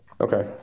Okay